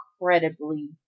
incredibly